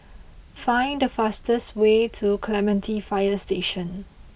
find the fastest way to Clementi Fire Station